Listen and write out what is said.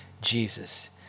Jesus